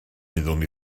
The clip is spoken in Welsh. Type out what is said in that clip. wyddwn